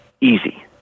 easy